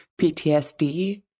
PTSD